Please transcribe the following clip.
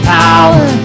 power